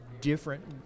different